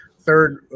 third